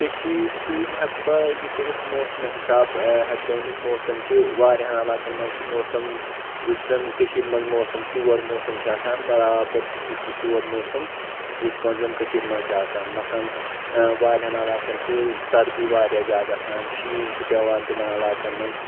کشیٖر سۭتۍ ہیکہٕ بہٕ یہِ کرِتھ موسمہٕ حساب ہیکہٕ بہٕ ؤنِتھ موسَم چھ واریاہَن علاقَن منٛز چھ موسم یُتھ زَن کشیٖر منٛز موسَم ژور موسَم چھ آسان برابر چھ تِتھی ژور موسم یِتھ پٲٹھۍ زَن کشیٖر منٛز چھ آسان مثلاً واریاہَن علاقعن چھ سردی وارِیاہ زیادٕ آسان شیٖن چھُ بٮ۪وان تِمَن علاقعَن منٛز